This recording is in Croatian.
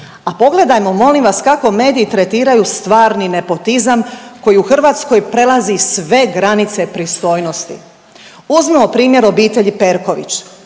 A pogledajmo molim vas kako mediji tretiraju stvarni nepotizam koji u Hrvatskoj prelazi sve granice pristojnosti. Uzmimo primjer obitelji Perković,